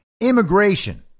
immigration